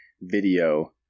video